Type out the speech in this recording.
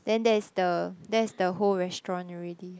then that is the that's the whole restaurant already